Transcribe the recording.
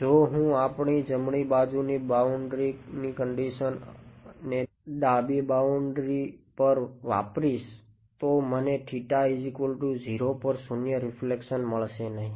જો હું આપણી જમણી બાજુની બાઉન્ડ્રી ની કંડીશન ને ડાબી બાઉન્ડ્રી પર વાપરીશ તો મને 0 પર શૂન્ય રીફ્લેક્શન મળશે નહિ